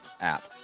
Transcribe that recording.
app